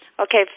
Okay